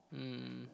mm